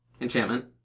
Enchantment